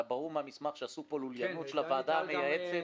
היה ברור מן המסמך שעשו פה לוליינות של הוועדה המייעצת